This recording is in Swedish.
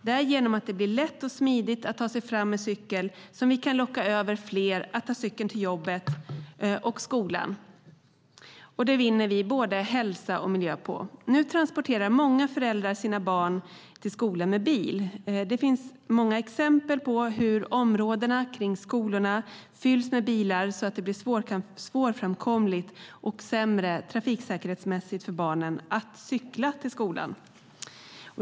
Det är genom att det blir lätt och smidigt att ta sig fram med cykel som vi kan locka över fler till att ta cykeln till jobbet och skolan. Det vinner vi både hälsa och miljö på. Nu transporterar många föräldrar sina barn till skolan med bil, och det finns många exempel på hur området kring skolorna fylls med bilar, så att det blir svårframkomligt och sämre trafiksäkerhetsmässigt för barnen att cykla till skolan.